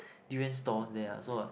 durian stalls there ah so ah